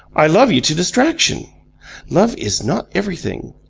i love you to distraction love is not everything.